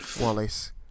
Wallace